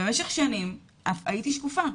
במשך שנים הייתי שקופה.